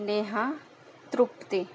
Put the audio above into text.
Neha Trupte